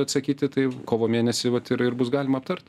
atsakyti tai kovo mėnesį vat ir ir bus galima aptart